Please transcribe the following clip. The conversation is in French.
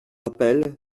rappel